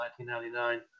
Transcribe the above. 1999